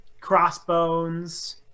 crossbones